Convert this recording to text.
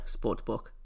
sportsbook